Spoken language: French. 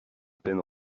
peine